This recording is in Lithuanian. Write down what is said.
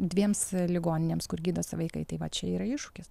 dviems ligoninėms kur gydosi vaikai tai va čia yra iššūkis